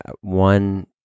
One